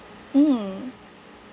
mm